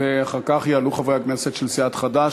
ואחר כך יעלו חברי הכנסת של סיעת חד"ש,